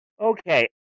Okay